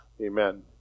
Amen